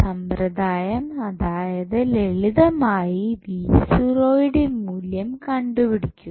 സമ്പ്രദായം അതായത് ലളിതമായി യുടെ മൂല്യം കണ്ടുപിടിക്കുക